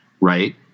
right